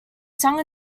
sang